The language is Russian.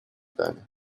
тане